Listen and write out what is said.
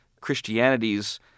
Christianity's